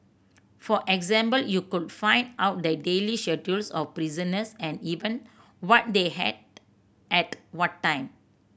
for example you could find out the daily of prisoners and even what they hat ate at what time